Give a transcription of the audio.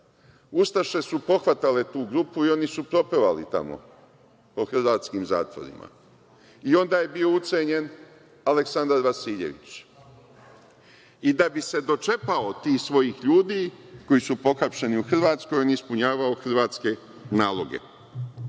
itd. Ustaše su pohvatale tu grupu i oni su propevali tamo, po hrvatskim zatvorima. Onda je bio ucenjen Aleksandar Vasiljević. Da bi se dočepao tih svojih ljudi koji su pohapšeni u Hrvatskoj, on je ispunjavao hrvatske naloge.